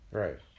right